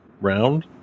round